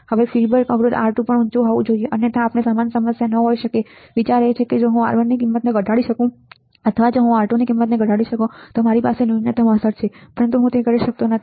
હવે ફીડબેક અવરોધ R2પણ ઊંચું હોવું જોઈએ અન્યથા આપણને સમાન સમસ્યા ન હોઈ શકે વિચાર એ છે કે જો હું R1ની કિંમત ઘટાડી શકું અથવા જો હું R2ની કિંમત ઘટાડીશકું તો મારી પાસે ન્યૂનતમ અસર છે પરંતુ હું કરી શકતો નથી